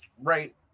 Right